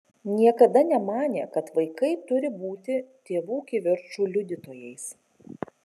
niekada nemanė kad vaikai turi būti tėvų kivirčų liudytojais